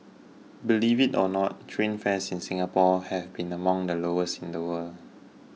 believe it or not train fares in Singapore have been among the lowest in the world